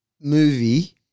movie